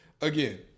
again